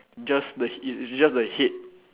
just the he~ it it's just the head